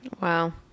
Wow